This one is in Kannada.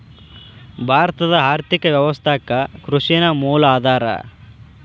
ಭಾರತದ್ ಆರ್ಥಿಕ ವ್ಯವಸ್ಥಾಕ್ಕ ಕೃಷಿ ನ ಮೂಲ ಆಧಾರಾ